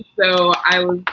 so i'm